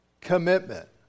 commitment